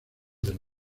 del